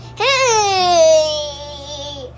hey